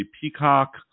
Peacock